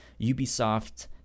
Ubisoft